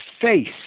face